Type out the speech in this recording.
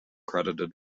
credited